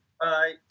Bye